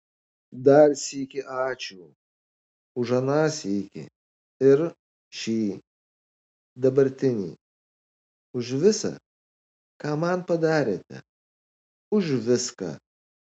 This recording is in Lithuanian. dar sykį ačiū už aną sykį ir šį dabartinį už visa ką man padarėte už viską